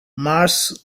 mars